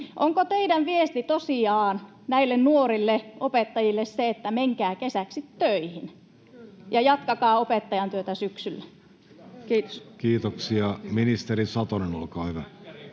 Onko teidän viestinne tosiaan näille nuorille opettajille se, että menkää kesäksi töihin ja jatkakaa opettajan työtä syksyllä? — Kiitos. [Vasemmalta: